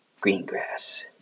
Greengrass